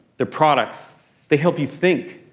they're products that help you think.